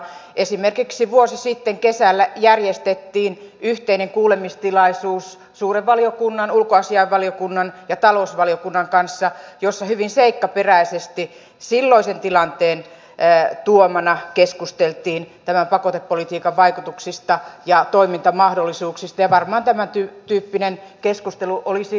esimerkiksi vuosi sitten kesällä järjestettiin suuren valiokunnan ulkoasiainvaliokunnan ja talousvaliokunnan kanssa yhteinen kuulemistilaisuus jossa hyvin seikkaperäisesti silloisen tilanteen tuomana keskusteltiin tämän pakotepolitiikan vaikutuksista ja toimintamahdollisuuksista ja varmaan tämäntyyppinen keskustelu olisi nytkin paikallaan